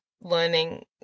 learning